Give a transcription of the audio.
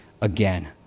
again